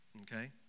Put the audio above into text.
okay